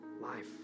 life